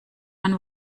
man